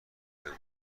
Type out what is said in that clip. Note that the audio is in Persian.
بودند